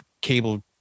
cable